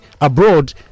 Abroad